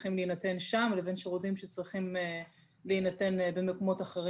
השירותים שהן מתכננות לספק, במיוחד בקופת חולים